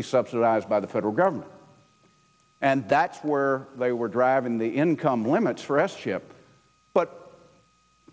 be subsidized by the federal government and that's where they were driving the income limits for s chip but